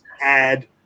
add